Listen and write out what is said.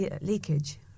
Leakage